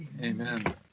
Amen